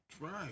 Right